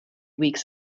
weeks